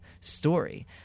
story